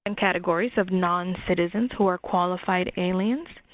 and categories of non-citizens who are qualified aliens.